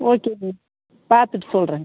ஓகேங்க பார்த்துட்டு சொல்லுறேங்க